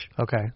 Okay